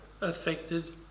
affected